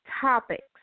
topics